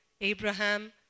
Abraham